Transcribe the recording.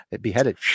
beheaded